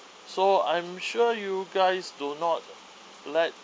so I'm sure you guys do not let